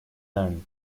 done